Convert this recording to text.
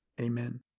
Amen